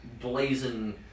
blazing